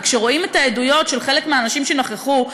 וכשרואים את העדויות של חלק מהאנשים שנכחו,